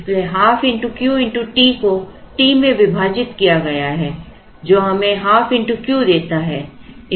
इसलिए ½ Q T को T में विभाजित किया गया है जो हमें ½ Q देता है